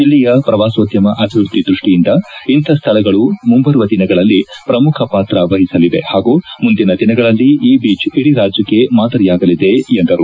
ಜಿಲ್ಲೆಯ ಪ್ರವಾಸೋದ್ದಮ ಅಭಿವೃದ್ದಿ ದೃಷ್ಟಿಯಿಂದ ಇಂಥ ಸ್ಥಳಗಳು ಮುಂಬರುವ ದಿನಗಳಲ್ಲಿ ಪ್ರಮುಖ ಪಾತ್ರ ವಹಿಸಲಿವೆ ಹಾಗೂ ಮುಂದಿನ ದಿನಗಳಲ್ಲಿ ಈ ಬೀಚ್ ಇಡೀ ರಾಜ್ಯಕ್ಷೆ ಮಾದರಿಯಾಗಲಿದೆ ಎಂದು ಹೇಳಿದರು